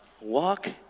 walk